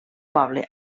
poble